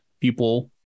people